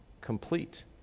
Complete